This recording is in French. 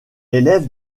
élève